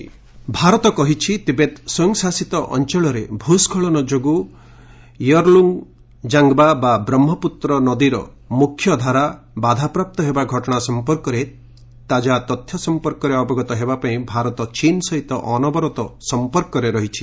MEA China river Bharat କହିଛି Tibet ସ୍ୱୟଂଶାସିତ ଅଞ୍ଚଳରେ ଭୂସ୍କଳନ ଯୋଗୁଁ ୟର୍ଲୁଙ୍ଗ୍ ଜାଙ୍ଗ୍ବା ବା ବ୍ରହ୍ମପୁତ୍ର ନଦୀର ମୁଖ୍ୟଧାରା ବାଧାପ୍ରାପ୍ତ ହେବା ଘଟଣା ସଂପର୍କରେ ତାକା ତଥ୍ୟ ସଂପର୍କରେ ଅବଗତ ହେବାପାଇଁ ଭାରତ ଚୀନ୍ ସହିତ ଅନବରତ ସଂପର୍କରେ ରହିଛି